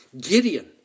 Gideon